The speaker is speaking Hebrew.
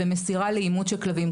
במסירה לאימוץ של כלבים,